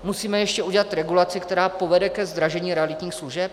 Musíme ještě udělat regulaci, která povede ke zdražení realitních služeb?